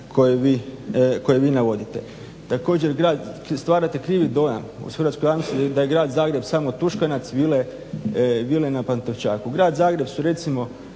koje vi navodite. Također stvarate krivi dojam u hrvatskoj javnosti da je Grad Zagreb samo Tuškanac, vile na Pantovčaku. Grad Zagreb su recimo